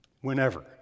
whenever